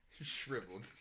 shriveled